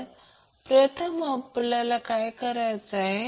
तर प्रथम आपल्याला काय करायचे आहे